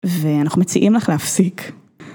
ואנחנו מציעים לך להפסיק.